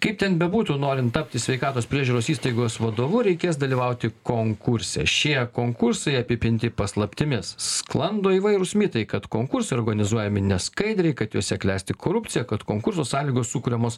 kaip ten bebūtų norint tapti sveikatos priežiūros įstaigos vadovu reikės dalyvauti konkurse šie konkursai apipinti paslaptimis sklando įvairūs mitai kad konkursai organizuojami neskaidriai kad juose klesti korupcija kad konkurso sąlygos sukuriamos